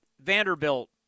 Vanderbilt